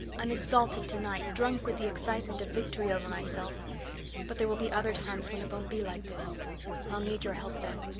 i'm exalted tonight drunk with the excitement of victory over myself but there will be other times when it won't be like this i'll need your help then.